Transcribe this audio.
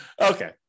Okay